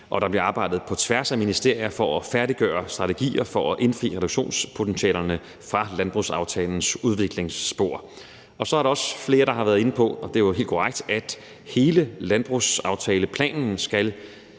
og der bliver arbejdet på tværs af ministerier for at færdiggøre strategier for at indfri reduktionspotentialerne i landbrugsaftalens udviklingsspor. Så er der også flere, der har været inde på – og det er helt korrekt – at hele landbrugsaftaleplanen skal,